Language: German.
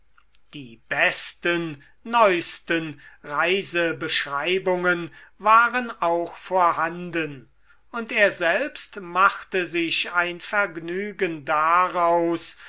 die besten neusten reisebeschreibungen waren auch vorhanden und er selbst machte sich ein vergnügen daraus